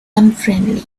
unfriendly